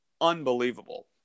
unbelievable